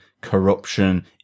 corruption